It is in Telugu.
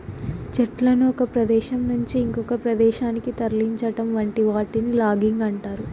చెట్లను ఒక ప్రదేశం నుంచి ఇంకొక ప్రదేశానికి తరలించటం వంటి వాటిని లాగింగ్ అంటారు